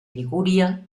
liguria